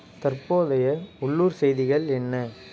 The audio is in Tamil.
தற்போதைய உள்ளூர் செய்திகள் என்ன